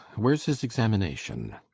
where's his examination?